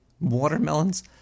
watermelons